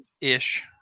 Ish